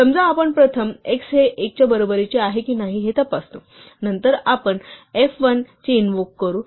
समजा आपण प्रथम x हे 1 च्या बरोबरीचे आहे की नाही ते तपासू नंतर आपण f1 ची इनवोक करू